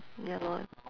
ya lor